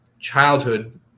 childhood